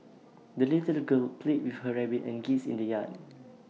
the little girl played with her rabbit and geese in the yard